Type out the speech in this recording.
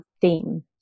theme